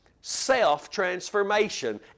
self-transformation